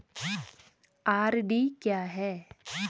RD क्या है?